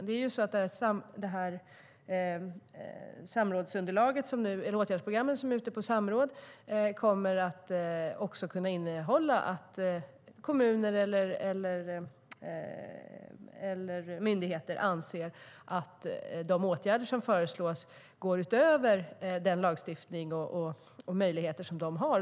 Det åtgärdsprogram som nu är ute på samråd kommer också att kunna innehålla att kommuner eller myndigheter anser att de åtgärder som föreslås går utöver den lagstiftning och de möjligheter de har.